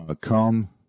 Come